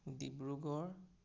Dibrugarh